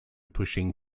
pushing